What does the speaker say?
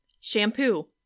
Shampoo